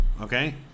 okay